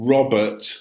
Robert